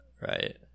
Right